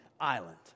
island